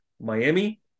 Miami